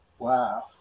Wow